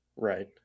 Right